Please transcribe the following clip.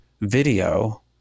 video